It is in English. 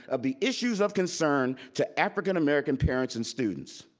of the issues of concern to african american parents and students.